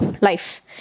life